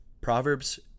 Proverbs